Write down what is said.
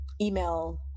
email